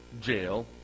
jail